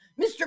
Mr